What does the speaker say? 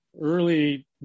early